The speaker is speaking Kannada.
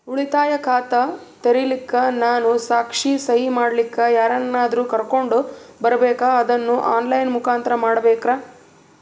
ಉಳಿತಾಯ ಖಾತ ತೆರಿಲಿಕ್ಕಾ ನಾನು ಸಾಕ್ಷಿ, ಸಹಿ ಮಾಡಲಿಕ್ಕ ಯಾರನ್ನಾದರೂ ಕರೋಕೊಂಡ್ ಬರಬೇಕಾ ಅದನ್ನು ಆನ್ ಲೈನ್ ಮುಖಾಂತ್ರ ಮಾಡಬೇಕ್ರಾ?